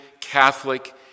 Catholic